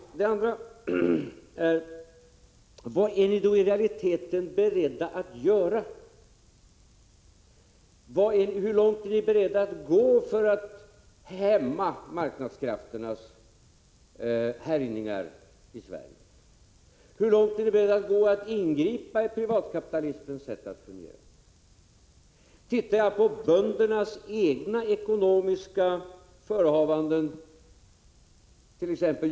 Det andra man frågar sig är: Vad är ni då i realiteten beredda att göra? Hur långt är ni beredda att gå för att hämma marknadskrafternas härjningar i Sverige? Hur långt är ni beredda att gå när det gäller att ingripa i privatkapitalismens sätt att fungera? Ser jag på böndernas egna ekonomiska förehavanden som de kommer till uttryck it.ex.